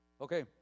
Okay